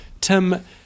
Tim